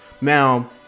Now